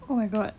oh my god